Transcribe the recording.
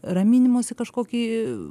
raminimosi kažkokį